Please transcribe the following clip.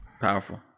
Powerful